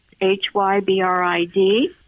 H-Y-B-R-I-D